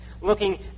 looking